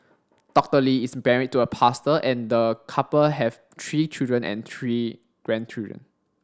Doctor Lee is married to a pastor and the couple have three children and three grandchildren